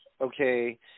okay